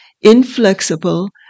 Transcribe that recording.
inflexible